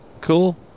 Cool